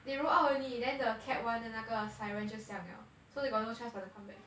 they row out already then the cat one 的那个 siren 就响 liao so they got no choice but to come back